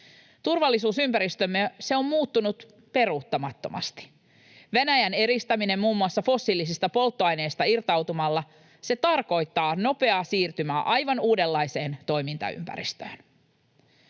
Turvallisuusympäristömme, se on muuttunut peruuttamattomasti. Venäjän eristäminen muun muassa fossiilisista polttoaineista irtautumalla, se tarkoittaa nopeaa siirtymää aivan uudenlaiseen toimintaympäristöön.